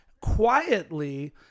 quietly –